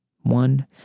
One